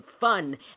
fun